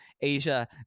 Asia